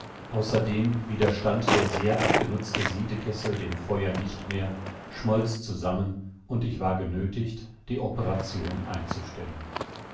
außerdem widerstand der sehr abgenutzte siedekessel dem feuer nicht mehr schmolz zusammen und ich war genöthigt die operation einzustellen